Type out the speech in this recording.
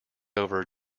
over